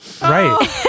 Right